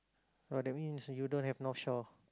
ah that means you don't have Northshore